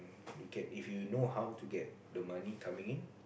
we can if you know how to get the money coming in